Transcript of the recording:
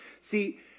See